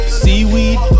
seaweed